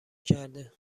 کرده